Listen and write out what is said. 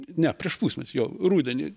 ne prieš pusmetį jo rudenį